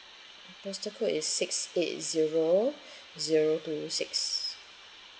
postal code is six eight zero zero two six